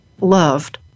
loved